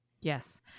Yes